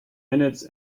minutes